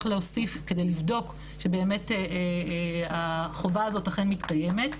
להוסיף כדי לבדוק שבאמת החובה הזו אכן מתקיימת,